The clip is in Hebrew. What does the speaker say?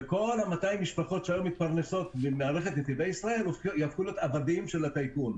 וכל 200 המשפחות שהיום מתפרנסות מנתיבי ישראל יהפכו עבדים של הטייקונים.